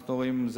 אנחנו רואים,